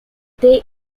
they